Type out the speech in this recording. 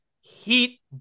Heat